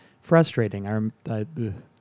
frustrating